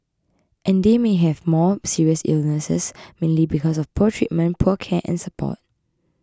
and they may have had more serious illnesses mainly because of poor treatment poor care and support